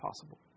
possible